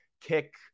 kick